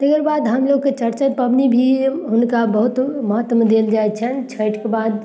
तकर बाद हमलोग चौरचन पबनी भी हुनका बहुत महत्व देल जाइ छनि छैठके बाद